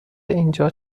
اینجا